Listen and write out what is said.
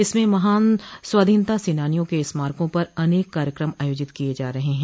इसमें महान स्वाधीनता सेनानियों क स्मारकों पर अनेक कार्यक्रम आयोजित किए जा रहे हैं